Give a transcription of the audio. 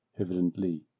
evidently